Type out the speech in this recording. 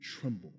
tremble